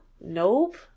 nope